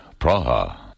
Praha